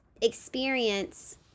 experience